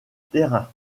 terrain